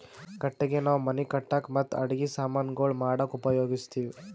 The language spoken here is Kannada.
ಕಟ್ಟಗಿ ನಾವ್ ಮನಿ ಕಟ್ಟಕ್ ಮತ್ತ್ ಅಡಗಿ ಸಮಾನ್ ಗೊಳ್ ಮಾಡಕ್ಕ ಉಪಯೋಗಸ್ತಿವ್